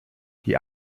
die